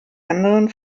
anderen